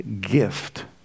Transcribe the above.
gift